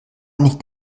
nicht